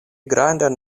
grandajn